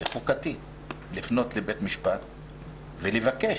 חוקתית לפנות לבית משפט ולבקש.